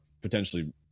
potentially